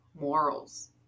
Morals